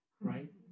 right